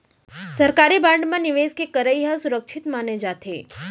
सरकारी बांड म निवेस के करई ह सुरक्छित माने जाथे